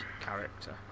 character